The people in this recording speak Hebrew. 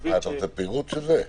המחשובית --- אתה רוצה פירוט של זה?